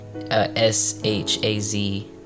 S-H-A-Z